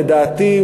לדעתי,